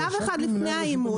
שלב אחד לפני האימות,